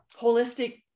holistic